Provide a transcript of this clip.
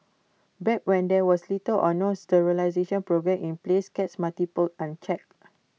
back when there was little or no sterilisation programme in place cats multiplied unchecked